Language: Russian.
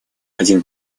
один